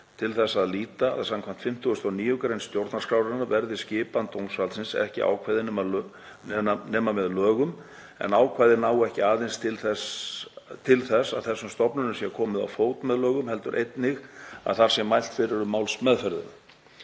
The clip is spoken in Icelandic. til þess að líta að skv. 59. gr. stjórnarskrárinnar verði skipan dómsvaldsins ekki ákveðin nema með lögum en ákvæðið nái ekki aðeins til þess að þessum stofnunum sé komið á fót með lögum heldur einnig að þar sé mælt fyrir um málsmeðferðina.